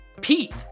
Pete